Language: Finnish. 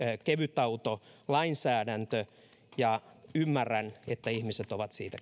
kevytautolainsäädäntö ja ymmärrän että ihmiset ovat siitä